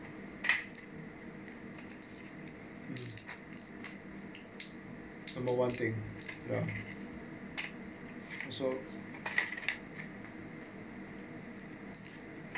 number one thing ya so